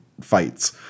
fights